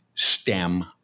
stem